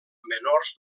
menors